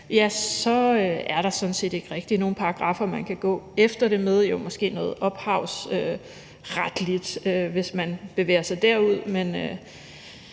sket, så har der sådan set ikke rigtig været nogen paragraffer, man har kunnet gå efter det med. Måske er der noget ophavsretligt, hvis man bevæger sig derud, men